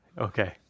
Okay